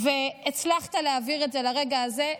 והצלחת להעביר את זה לרגע הזה.